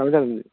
ꯊꯝꯃꯦ ꯊꯝꯃꯦ ꯑꯗꯨꯗꯤ